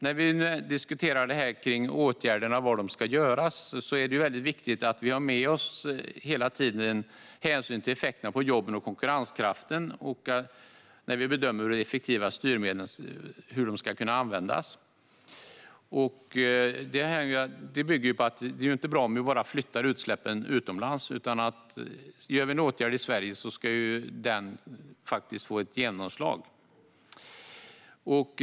När vi diskuterar var åtgärderna ska vidtas är det väldigt viktigt att vi hela tiden har med oss hänsyn till effekterna på jobben och konkurrenskraften i vår bedömning av hur styrmedlen ska användas. Det är ju inte bra om vi bara flyttar utsläppen utomlands, utan gör vi en åtgärd i Sverige ska den faktiskt få genomslag.